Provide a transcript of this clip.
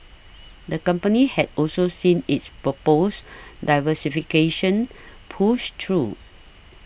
the company has also seen its proposed diversification pushed through